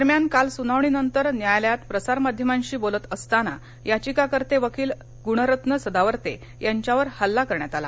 दरम्यान काल सुनावणी नंतर न्यायालयात प्रसार माध्यमांशी बोलत असताना याचिकाकर्ते वकील गुणरत्न सदावर्ते यांच्यावर हल्ला करण्यात आला